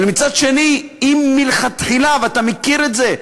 אבל מצד שני, אם מלכתחילה, ואתה מכיר את זה,